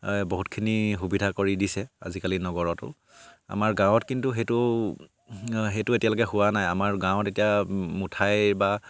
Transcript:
বহুতখিনি সুবিধা কৰি দিছে আজিকালি নগৰতো আমাৰ গাঁৱত কিন্তু সেইটো সেইটো এতিয়ালৈকে হোৱা নাই আমাৰ গাঁৱত এতিয়া মুঠাই বা